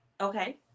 Okay